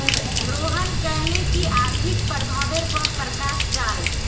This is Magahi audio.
रोहन कहले की आर्थिक प्रभावेर पर प्रकाश डाल